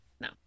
No